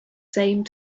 same